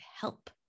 help